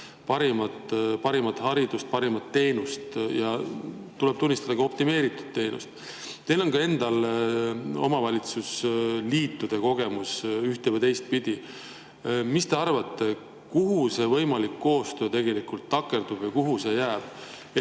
parimat haridust, parimat teenust ja tuleb tunnistada, ka optimeeritud teenust. Teil on endal omavalitsusliitude kogemus ühte‑ või teistpidi. Mis te arvate, kuhu see võimalik koostöö tegelikult takerdub? Mille taha see jääb?